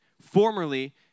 Formerly